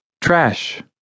Trash